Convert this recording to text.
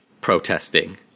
protesting